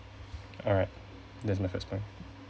alright that's my first point